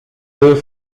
deux